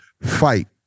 Fight